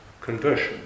conversion